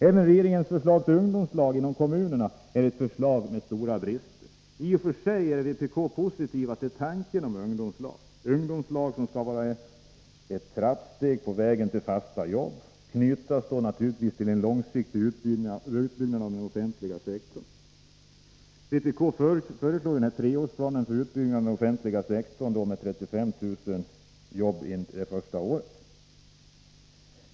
Även regeringens förslag till ungdomslag inom kommunerna är ett förslag med stora brister. I och för sig är vpk positivt till tanken på ungdomslag, ungdomslag som skall vara ett steg på väg mot fasta arbeten och som skall knytas till en långsiktig utbyggnad av den offentliga sektorn. Vpk föreslår en treårsplan för utbyggnad av den offentliga sektorn, varvid 35 000 arbeten skulle tillskapas under det första året.